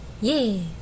Yay